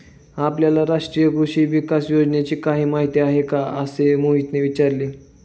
आपल्याला राष्ट्रीय कृषी विकास योजनेची काही माहिती आहे का असे मोहितने विचारले?